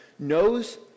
knows